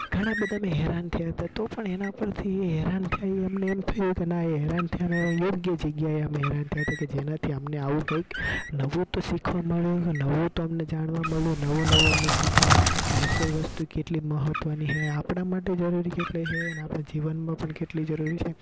ઘણાબધા અમે હેરાન થયા હતા તો પણ એના પરથી એ હેરાન થયા એ અમને એમ થયું કે ના એ હેરાન થયા એ યોગ્ય થઈ ગયા અમે હેરાન થયા હતા કે જેનાથી અમને આવું કંઈક નવું તો શીખવા મળ્યું નવું તો અમને જાણવા મળ્યું નવું નવું અમને શીખ્યા કે રસોઈ વસ્તુ કેટલી મહત્ત્વની છે આપણા માટે જ જરૂરી કેટલી છે ને આપણે જીવનમાં પણ કેટલી જરૂરી છે